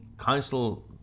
council